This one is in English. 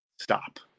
stop